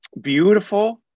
beautiful